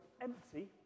empty